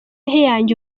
yanjye